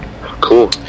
cool